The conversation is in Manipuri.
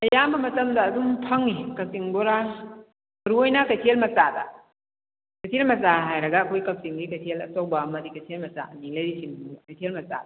ꯑꯌꯥꯝꯕ ꯃꯇꯝꯗ ꯑꯗꯨꯝ ꯐꯪꯏ ꯀꯛꯆꯤꯡ ꯕꯣꯔꯥ ꯃꯔꯨ ꯑꯣꯏꯅ ꯀꯩꯊꯦꯜ ꯃꯆꯥꯗ ꯀꯩꯊꯦꯜ ꯃꯆꯥ ꯍꯥꯏꯔꯒ ꯑꯩꯈꯣꯏ ꯀꯥꯛꯆꯤꯡꯒꯤ ꯀꯩꯊꯦꯜ ꯑꯆꯧꯕ ꯑꯃꯗꯤ ꯀꯩꯊꯦꯜ ꯃꯆꯥ ꯑꯅꯤ ꯂꯩꯔꯤꯁꯤ ꯀꯩꯊꯦꯜ ꯃꯆꯥꯗ